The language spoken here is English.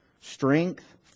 strength